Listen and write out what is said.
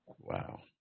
wow